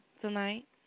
tonight